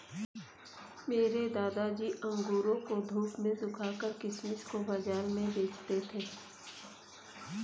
मेरे दादाजी अंगूरों को धूप में सुखाकर किशमिश को बाज़ार में बेचते थे